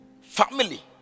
Family